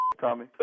Tommy